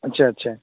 اچھا اچھا